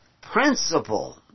principle